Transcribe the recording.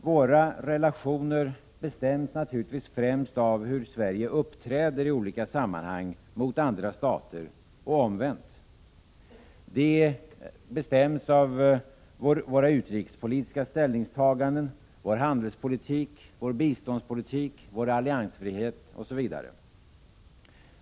Våra relationer bestäms naturligtvis främst av hur Sverige uppträder i olika sammanhang mot andra stater och omvänt, av våra utrikespolitiska ställningstaganden, vår handelspolitik, vår biståndspolitik, vår alliansfrihet osv.